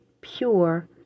pure